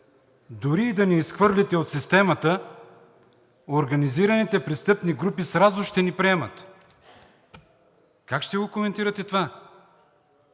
„Дори и да ни изхвърлите от системата, организираните престъпни групи с радост ще ни приемат.“ Как ще го коментирате това?